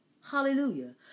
Hallelujah